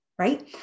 Right